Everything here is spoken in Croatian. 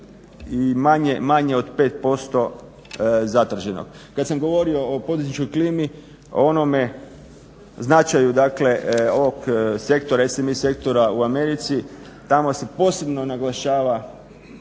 i manje od 5% zatraženo. Kad sam govorio o poduzetničkoj klimi, o onome značaju dakle ovog sektora, SMI sektora u Americi tamo se posebno naglašava